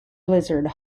blizzard